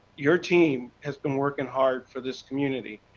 your team has been working hard for this community.